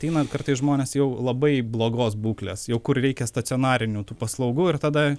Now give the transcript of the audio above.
ateina kartais žmonės jau labai blogos būklės jau kur reikia stacionarinių tų paslaugų ir tada